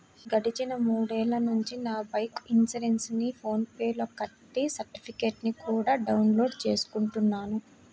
గడిచిన మూడేళ్ళ నుంచి నా బైకు ఇన్సురెన్సుని ఫోన్ పే లో కట్టి సర్టిఫికెట్టుని కూడా డౌన్ లోడు చేసుకుంటున్నాను